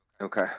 Okay